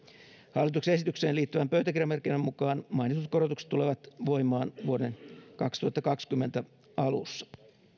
hallituksen esitykseen liittyvän pöytäkirjamerkinnän mukaan mainitut korotukset tulevat voimaan vuoden kaksituhattakaksikymmentä alussa